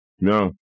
No